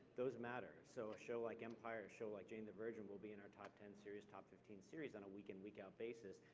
those matter, so a show like empire, a show like jane the virgin will be in our top ten series, top fifteen series on a week in, week out basis.